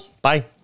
Bye